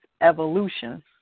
evolution